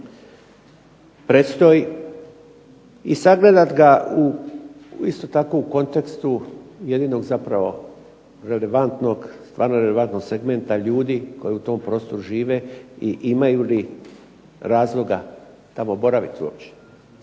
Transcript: jedinog zapravo relevantnog, stvarno relevantnog segmenta ljudi koji u tom prostoru žive i imaju li razloga tamo boraviti uopće,